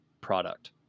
product